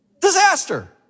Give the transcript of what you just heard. Disaster